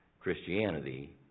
Christianity